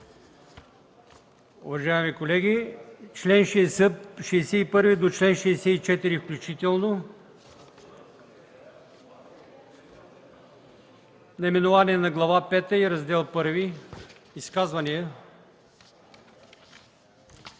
Уважаеми колеги, чл. 61 до чл. 64 включително; наименование на Глава пета и Раздел І – изказвания?